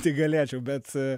tik galėčiau bet